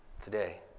today